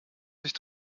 sich